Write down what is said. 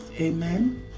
Amen